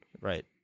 Right